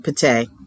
Pate